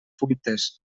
fuites